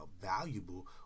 valuable